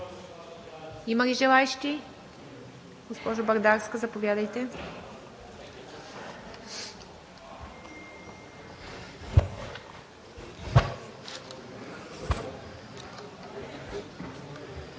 има ли желаещи? Госпожо Бърдарска, заповядайте.